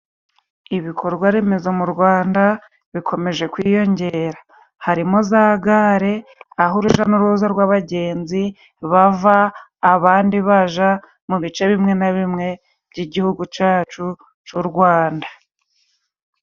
Ibikorwa remezo mu Rwanda bikomeje kwiyongera. Harimo za gare aho urujya n'uruza rw'abagenzi bava abandi baja mu bice bimwe na bimwe by'igihugu cacu c'u Rwanda.